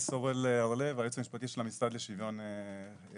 אני היועץ המשפטי של המשרד לשוויון חברתי.